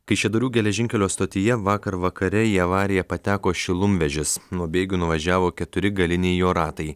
kaišiadorių geležinkelio stotyje vakar vakare į avariją pateko šilumvežis nuo bėgių nuvažiavo keturi galiniai jo ratai